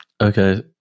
Okay